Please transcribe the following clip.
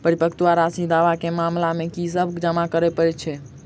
परिपक्वता राशि दावा केँ मामला मे की सब जमा करै पड़तै छैक?